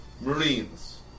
Marines